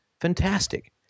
fantastic